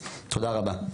תודה רבה.